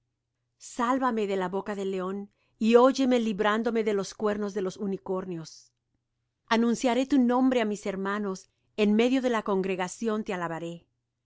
sálvame de la boca del león y óyeme librándome de los cuernos de los unicornios anunciaré tu nombre á mis hermanos en medio de la congregación te alabaré